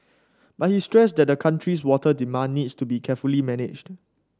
but he stressed that the country's water demand needs to be carefully managed